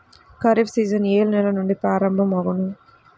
Kharif season ఏ నెల నుండి ప్రారంభం అగును?